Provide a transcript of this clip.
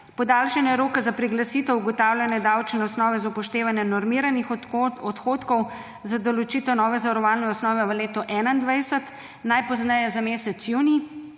Podaljšanje roka za priglasitev ugotavljanja davčne osnove z upoštevanjem normiranih odhodkov za določitev nove zavarovalne osnove v letu 2021, najpozneje za mesec junij.